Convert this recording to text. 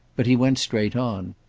but he went straight on.